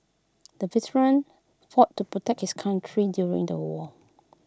the veteran fought to protect his country during the war